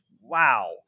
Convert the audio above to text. wow